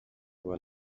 were